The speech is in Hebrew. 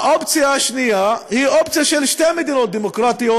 האופציה השנייה היא של שתי מדינות דמוקרטיות